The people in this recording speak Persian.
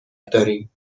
داریم